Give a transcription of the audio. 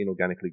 inorganically